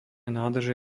nádrže